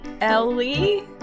Ellie